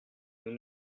nous